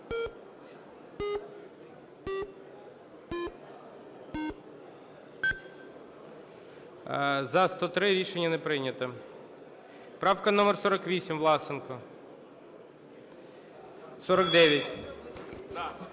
За-103 Рішення не прийнято. Правка номер 48, Власенко. 49.